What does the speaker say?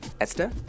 Esther